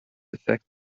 affect